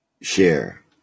share